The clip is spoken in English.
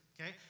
okay